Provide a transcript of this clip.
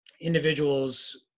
individuals